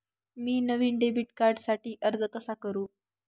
मी नवीन डेबिट कार्डसाठी अर्ज कसा करु?